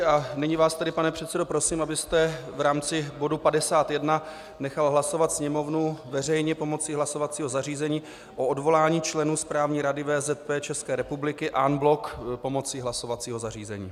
A nyní vás tedy, pane předsedo, prosím, abyste v rámci bodu 51 nechal hlasovat Sněmovnu veřejně pomocí hlasovacího zařízení o odvolání členů Správní rady VZP České republiky en bloc pomocí hlasovacího zařízení.